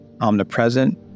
omnipresent